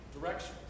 directions